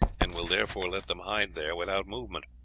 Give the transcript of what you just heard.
and will therefore let them hide there without movement.